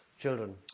children